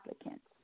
applicants